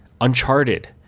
Uncharted